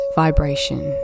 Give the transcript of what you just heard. vibration